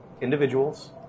individuals